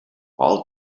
all